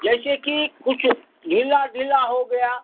जैसे कि कुछ ढीला ढीला हो गया